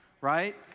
right